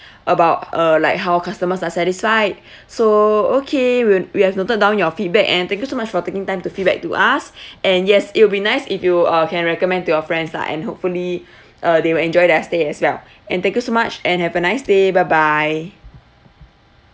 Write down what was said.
about uh like how customers are satisfied so okay we'd we have noted down your feedback and thank you so much for taking time to feedback to us and yes it will be nice if you uh can recommend to your friends lah and hopefully uh they will enjoy their stay as well and thank you so much and have a nice day bye bye